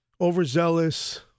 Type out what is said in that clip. overzealous